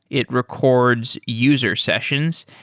it records user sessions.